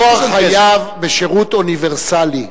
הדואר חייב בשירות אוניברסלי.